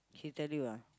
he tell you ah